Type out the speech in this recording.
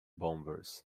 bombers